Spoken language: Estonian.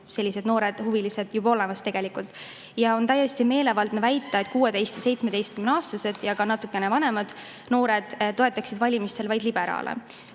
sellised noored huvilised juba olemas. Ja on täiesti meelevaldne väita, et 16–17-aastased ja natuke vanemad noored toetaksid valimistel vaid liberaale.